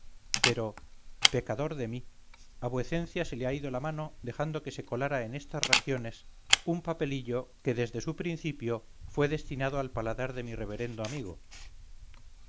pero pecador de mí a vuecencia se le ha ido la mano dejando que se colara en estas regiones un papelillo que desde su principio fue destinado al paladar de mi reverendo amigo